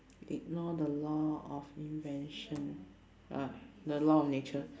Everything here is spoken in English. ignore the law of invention uh the law of nature